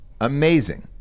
Amazing